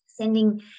sending